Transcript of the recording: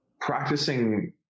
Practicing